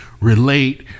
relate